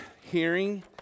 hearing